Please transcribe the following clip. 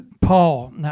Paul